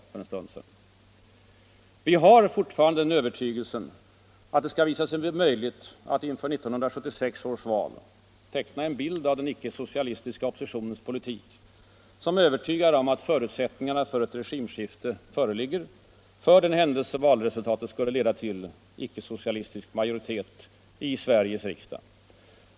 Vi har därför fortfarande den övertygelsen att det är möjligt att inför 1976 års val teckna en bild av den icke-socialistiska oppositionens politik som övertygar om att förutsättningar för ett regimskifte föreligger för den händelse valresultatet skulle leda till en icke-socialistisk majoritet i Sveriges riksdag.